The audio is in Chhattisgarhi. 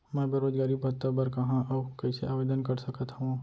मैं बेरोजगारी भत्ता बर कहाँ अऊ कइसे आवेदन कर सकत हओं?